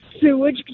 Sewage